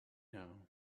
now